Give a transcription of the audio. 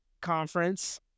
conference